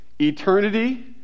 eternity